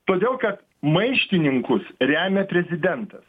todėl kad maištininkus remia prezidentas